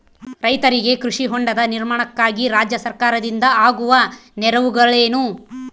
ರೈತರಿಗೆ ಕೃಷಿ ಹೊಂಡದ ನಿರ್ಮಾಣಕ್ಕಾಗಿ ರಾಜ್ಯ ಸರ್ಕಾರದಿಂದ ಆಗುವ ನೆರವುಗಳೇನು?